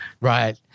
Right